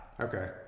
okay